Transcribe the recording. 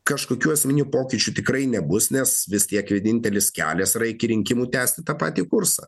kažkokių esminių pokyčių tikrai nebus nes vis tiek vienintelis kelias yra iki rinkimų tęsti tą patį kursą